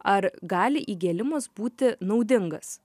ar gali įgėlimas būti naudingas